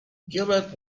gilbert